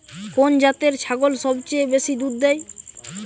কোন জাতের ছাগল সবচেয়ে বেশি দুধ দেয়?